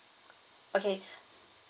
okay